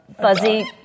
fuzzy